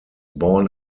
born